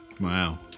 Wow